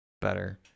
Better